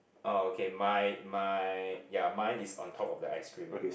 oh okay mine mine ya mine is on top of the ice cream